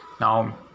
now